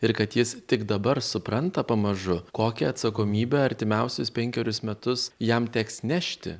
ir kad jis tik dabar supranta pamažu kokią atsakomybę artimiausius penkerius metus jam teks nešti